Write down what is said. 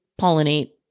pollinate